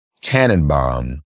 Tannenbaum